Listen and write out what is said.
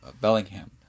Bellingham